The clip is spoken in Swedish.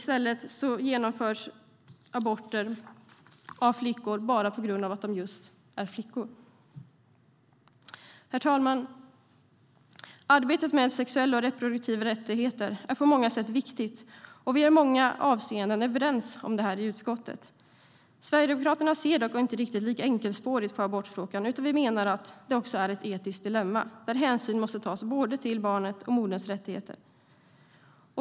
Det genomförs aborter av flickor bara på grund av att de är just flickor. Herr talman! Arbetet med sexuella och reproduktiva rättigheter är på många sätt viktigt, och vi är i många avseenden överens om det i utskottet. Sverigedemokraterna ser dock inte riktigt lika enkelspårigt på abortfrågan, utan vi menar att det även är ett etiskt dilemma där hänsyn måste tas till både barnets och moderns rättigheter.